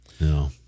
No